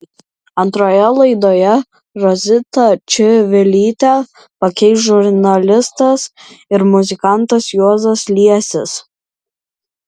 antroje laidoje rositą čivilytę pakeis žurnalistas ir muzikantas juozas liesis